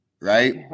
right